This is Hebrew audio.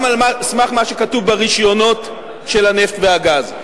גם על סמך מה שכתוב ברשיונות של הנפט והגז.